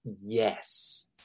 yes